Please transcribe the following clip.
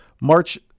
March